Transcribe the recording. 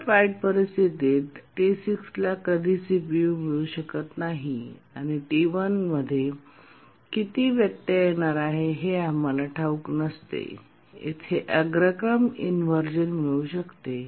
सर्वात वाईट परिस्थितीत T6 ला कधीच सीपीयू मिळू शकत नाही आणि T1 मध्ये किती व्यत्यय येणार आहे हे आम्हाला ठाऊक नसते तेथे अग्रक्रम इनव्हर्जन मिळू शकते